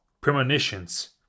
premonitions